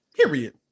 Period